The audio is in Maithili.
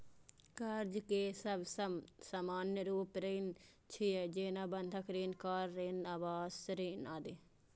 कर्ज के सबसं सामान्य रूप ऋण छियै, जेना बंधक ऋण, कार ऋण, आवास ऋण आदि